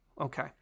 Okay